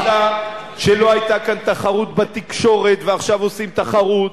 זה גם בעובדה שלא היתה כאן תחרות בתקשורת ועכשיו עושים תחרות,